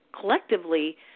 collectively